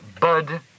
Bud